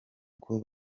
uko